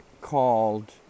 called